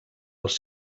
els